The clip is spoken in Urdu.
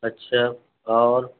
اچھا اور